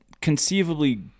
conceivably